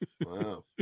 Wow